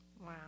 Wow